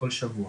כל שבוע